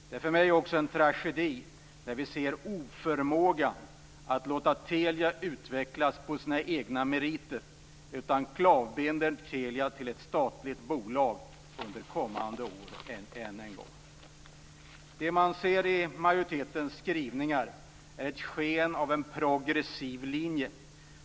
Det är också en tragedi för mig med oförmågan att låta Telia utvecklas på sina egna meriter utan än en gång binder Majoritetens skrivningar är ett sken av en progressiv linje.